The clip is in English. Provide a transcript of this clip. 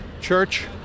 church